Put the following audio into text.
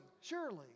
surely